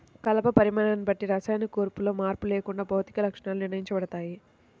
కలప పరిమాణాన్ని బట్టి రసాయన కూర్పులో మార్పు లేకుండా భౌతిక లక్షణాలు నిర్ణయించబడతాయి